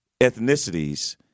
ethnicities